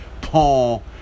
Paul